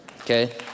okay